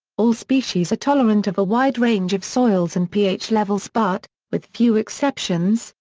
all species are tolerant of a wide range of soils and ph levels but, with few exceptions,